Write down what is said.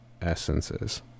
essences